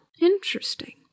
interesting